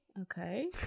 Okay